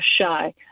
shy